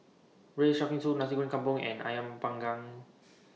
Braised Shark Fin Soup Nasi Goreng Kampung and Ayam Panggang